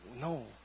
No